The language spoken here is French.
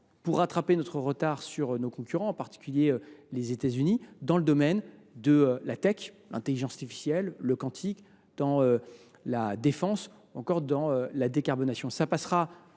pour rattraper notre retard sur nos concurrents, en particulier les États Unis, dans le domaine de la tech, de l’intelligence artificielle, du quantique, de la défense ou encore de la décarbonation.